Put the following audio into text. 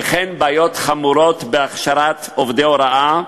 וכן בעיות חמורות בהכשרת עובדי הוראה,